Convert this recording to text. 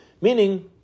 Meaning